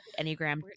Enneagram